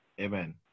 Amen